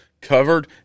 covered